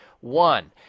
One